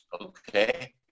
Okay